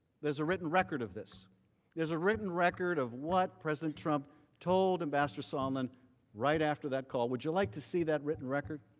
there is a written record of this. there is a written record of what president trump told ambassador sondland right after that call. would you like to see that written record?